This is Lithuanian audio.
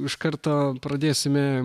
iš karto pradėsime